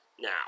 now